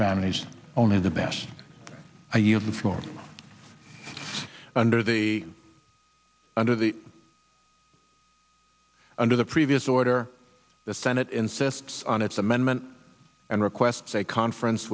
families only the best i yield the floor under the under the under the previous order the senate insists on its amendment and requests a conference